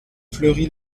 fleury